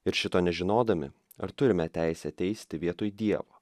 ir šito nežinodami ar turime teisę teisti vietoj dievo